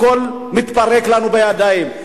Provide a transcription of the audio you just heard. הכול מתפרק לנו בידיים.